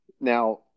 Now